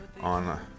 on